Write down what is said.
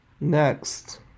Next